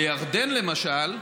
בירדן, למשל,